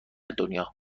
دنیا